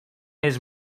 his